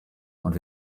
und